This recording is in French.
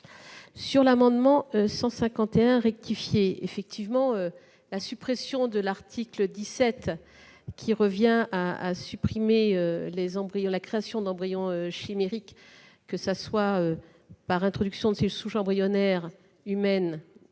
de l'amendement n° 151 rectifié, la suppression de l'article 17 revient à supprimer la création d'embryons chimériques, soit par l'introduction de cellules souches embryonnaires humaines